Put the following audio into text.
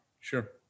Sure